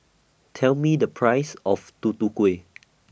Tell Me The Price of Tutu Kueh